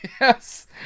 Yes